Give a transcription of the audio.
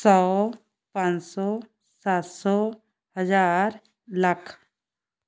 ਸੌ ਪੰਜ ਸੌ ਸੱਤ ਸੌ ਹਜ਼ਾਰ ਲੱਖ